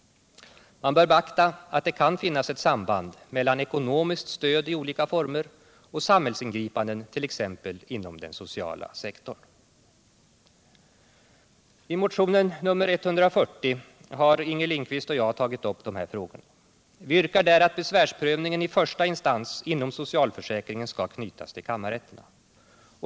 Man bör beakta att det kan finnas ett samband mellan ekonomiskt stöd i olika former och samhällsingripanden t.ex. inom den sociala sektorn. Nr 56 I motionen nr 140 har Inger Lindquist och jag tagit upp de här frågorna. Vi yrkar där att besvärsprövningen i första instans inom socialförsäkringen skall knytas till kammarrätterna.